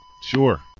Sure